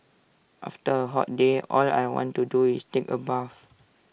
after A hot day all I want to do is take A bath